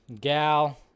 Gal